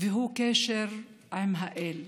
והוא קשר עם האל.